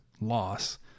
loss